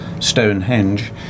Stonehenge